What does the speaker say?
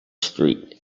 street